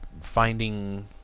finding